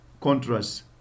contrast